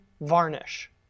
varnish